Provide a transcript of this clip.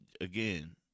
again